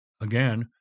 Again